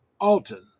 Alton